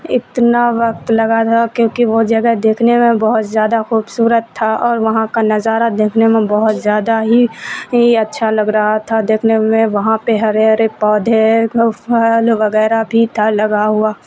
اتنا وقت لگا تھا کیونکہ وہ جگہ دیکھنے میں بہت زیادہ خوبصورت تھا اور وہاں کا نظارہ دیکھنے میں بہت زیادہ ہی اچھا لگ رہا تھا دیکھنے میں وہاں پہ ہرے ہرے پودے کو پھول وغیرہ بھی تھا لگا ہوا